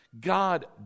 God